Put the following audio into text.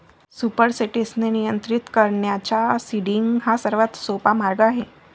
supersaturation नियंत्रित करण्याचा seeding हा सर्वात सोपा मार्ग आहे